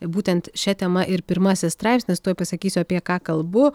būtent šia tema ir pirmasis straipsnis tuoj pasakysiu apie ką kalbu